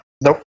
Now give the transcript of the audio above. Nope